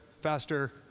faster